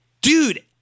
Dude